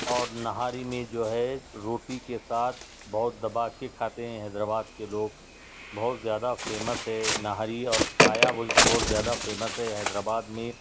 اور نہاری میں جو ہے روٹی کے ساتھ بہت دبا کے کھاتے ہیں حیدرآباد کے لوگ بہت زیادہ فیمس ہے نہاری اور پایا بول کے بہت زیادہ فیمس ہے حیدرآباد میں